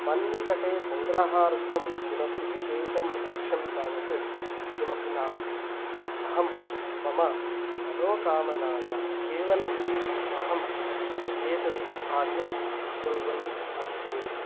मन्निकटे सङ्ग्रहार्थं किमपि विशेषं लक्ष्यं तावत् किमपि नास्ति अहं मम मनोकामनाया केवलम् अहम् एतत् कार्यं कुर्वन् अस्मि